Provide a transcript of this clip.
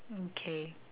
okay